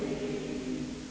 the